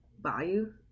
value